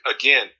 again